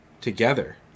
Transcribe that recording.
together